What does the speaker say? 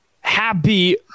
Happy